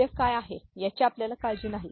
मूल्य काय आहे याची आपल्याला काळजी नाही